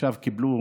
עכשיו הם קיבלו,